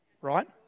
Right